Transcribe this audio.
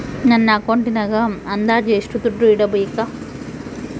ನನ್ನ ಅಕೌಂಟಿನಾಗ ಅಂದಾಜು ಎಷ್ಟು ದುಡ್ಡು ಇಡಬೇಕಾ?